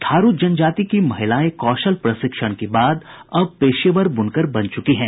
थारू जनजाति की महिलाएं कौशल प्रशिक्षण के बाद अब पेशेवर बुनकर बन चुकी हैं